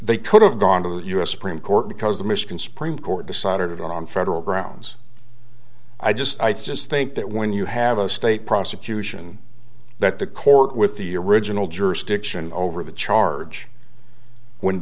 they could have gone to the u s supreme court because the michigan supreme court decided on federal grounds i just i just think that when you have a state prosecution that the court with the original jurisdiction over the charge when